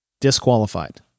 Disqualified